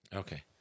Okay